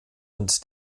und